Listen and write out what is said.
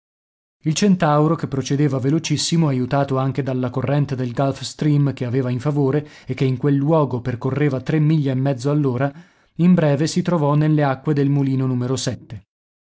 il centauro che procedeva velocissimo aiutato anche dalla corrente del gulf stream che aveva in favore e che in quel luogo percorreva tre miglia e mezzo all'ora in breve si trovò nelle acque del mulino